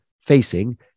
facing